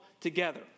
together